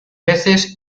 veces